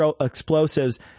explosives